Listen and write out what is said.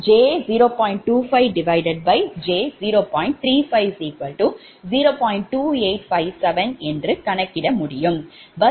bus 3 இல் fault ஏற்பட்டுள்ளது